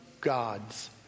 God's